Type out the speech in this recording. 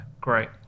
great